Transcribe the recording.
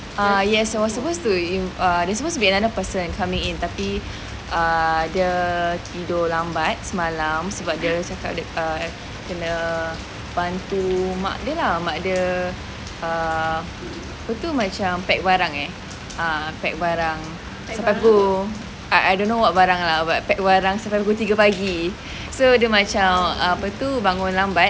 err yes there was supposed to be another person coming in tapi uh dia tidur lambat semalam sebab dia cakap dia kena bantu mak dia lah mak dia uh apa tu macam pack barang eh ah pack barang so aku uh I don't know what barang lah but pack barang sampai pukul tiga pagi so dia macam uh apa tu bangun lambat